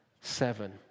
seven